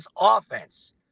offense